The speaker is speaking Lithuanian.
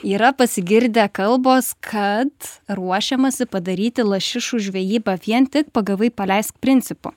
yra pasigirdę kalbos kad ruošiamasi padaryti lašišų žvejybą vien tik pagavai paleisk principu